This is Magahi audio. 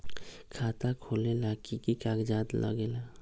खाता खोलेला कि कि कागज़ात लगेला?